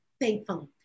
thankfully